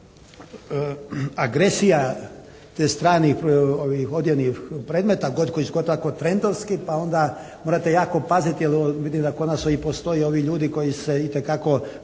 agresija tih stranih odjevnih predmeta, …/Govornik se ne razumije/… trendovski pa onda morate jako paziti jer vidim da i kod nas postoje ljudi koji se itekako